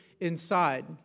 inside